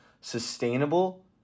sustainable